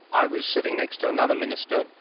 i was sitting next to another minister,